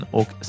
och